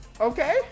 Okay